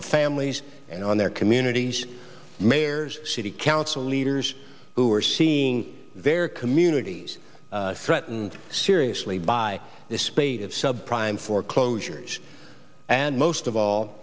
the families and on their communities mayors city council leaders who are seeing their communities threatened seriously by this spate of sub prime foreclosures and most of